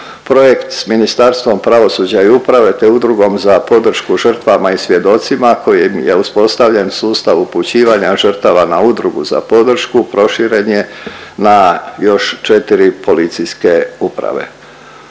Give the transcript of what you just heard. projekt s Ministarstvom pravosuđa i uprave, te Udrugom za podršku žrtvama i svjedocima kojim je uspostavljen sustav upućivanja žrtava na Udrugu za podršku, proširen je na još 4 policijske uprave.